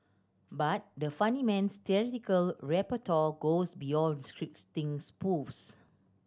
but the funny man's theatrical repertoire goes beyond scripting spoofs